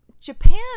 Japan